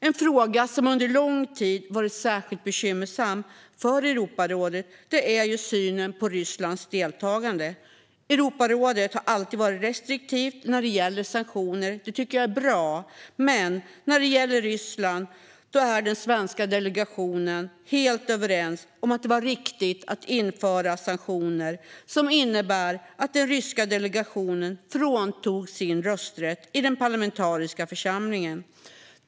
En fråga som under lång tid varit särskilt bekymmersam för Europarådet är synen på Rysslands deltagande. Europarådet har alltid varit restriktivt när det gäller sanktioner. Det tycker jag är bra. Men när det gäller Ryssland är den svenska delegationen helt överens om att det var riktigt att införa sanktioner som innebar att den ryska delegationen fråntogs sin rösträtt i den parlamentariska församlingen.